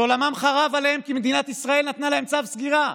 שעולמם חרב עליהם כי מדינת ישראל נתנה להם צו סגירה,